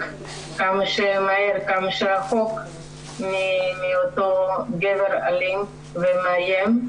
כמה שמהר וכמה שרחוק מאותו גבר אלים ומאיים,